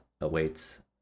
awaits